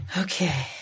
Okay